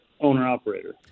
owner-operator